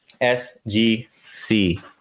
SGC